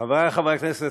חבריי חברי הכנסת,